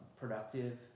productive